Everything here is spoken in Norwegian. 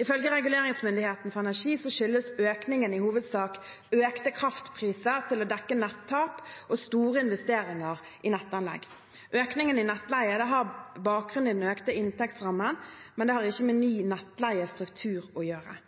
Ifølge Reguleringsmyndigheten for energi skyldes økningen i hovedsak økte kraftpriser til å dekke nett-tap og store investeringer i nettanlegg. Økningen i nettleie har bakgrunn i den økte inntektsrammen, men det har ikke med ny nettleiestruktur å gjøre.